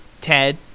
Ted